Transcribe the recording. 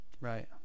Right